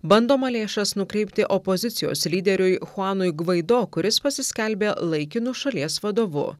bandoma lėšas nukreipti opozicijos lyderiui chuanui gvaido kuris pasiskelbė laikinu šalies vadovu